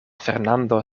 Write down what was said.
fernando